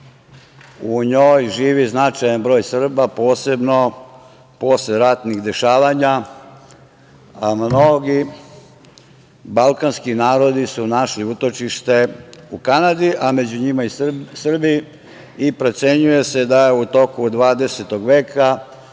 u njoj živi značajan broj Srba. Posebno posle ratnih dešavanja mnogi balkanski narodi su našli utočište u Kanadi, a među njima i Srbi. Procenjuje se da je u toku 20. veka